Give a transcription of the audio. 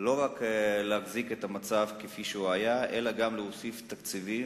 לא רק להחזיק את המצב כפי שהיה אלא גם להוסיף תקציבים,